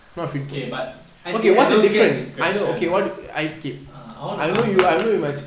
okay but actually I don't get this question ah I want to ask the person